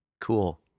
cool